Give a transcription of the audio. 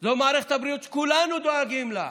זו מערכת הבריאות, שכולנו דואגים לה,